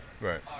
Right